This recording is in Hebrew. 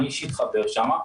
אני אישית חבר שם.